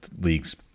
leagues